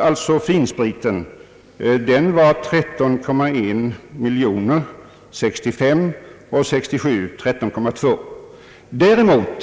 alltså finspriten, uppgick till 13,1 miljoner liter år 1965 och 13,2 miljoner liter år 1967.